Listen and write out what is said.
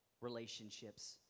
relationships